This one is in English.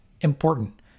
important